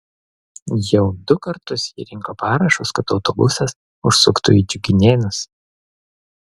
jau du kartus ji rinko parašus kad autobusas užsuktų į džiuginėnus